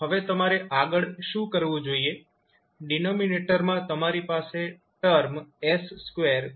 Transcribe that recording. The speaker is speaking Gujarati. હવે તમારે આગળ શું કરવું જોઈએ ડિનોમિનેટરમાં તમારી પાસે ટર્મ 𝑠2𝑎𝑠𝑏 છે